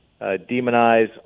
demonize